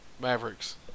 Mavericks